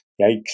Yikes